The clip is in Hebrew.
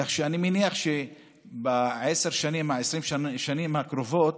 כך שאני מניח שבעשר השנים, 20 השנים הקרובות,